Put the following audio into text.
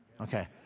okay